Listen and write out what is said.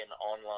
online